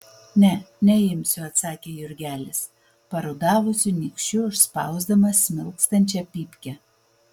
ne neimsiu atsakė jurgelis parudavusiu nykščiu užspausdamas smilkstančią pypkę